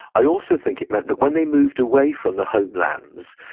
i also think it meant that when they moved away from the homelands,